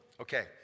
Okay